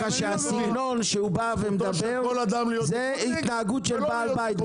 אני אומר לך שהסגנון שהוא בא ומדבר זה התנהגות של בעל בית.